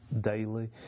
daily